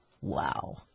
Wow